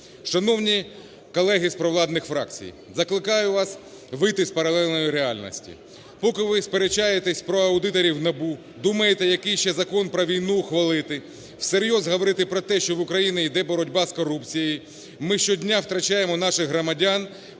Шановні колеги з провладних фракцій, закликаю вас вийти з паралельної реальності. Поки ви сперечаєтесь про аудиторів НАБУ, думаєте, який ще закон про війну ухвалити, всерйоз говорити про те, що в Україні іде боротьба з корупцією, ми щодня втрачаємо наших громадян,